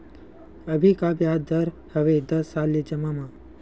अभी का ब्याज दर हवे दस साल ले जमा मा?